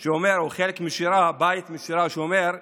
שהוא חלק משירה, בית משירה, שאומר: